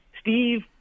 Steve